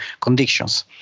conditions